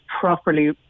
properly